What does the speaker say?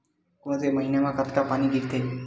कोन से महीना म कतका पानी गिरथे?